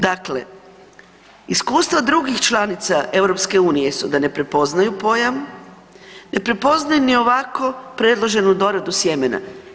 Dakle, iskustva drugih članica EU su da ne prepoznaju pojam, ne prepoznaju ni ovako predloženu doradu sjemena.